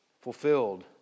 fulfilled